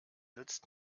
nützt